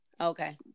Okay